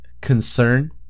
concern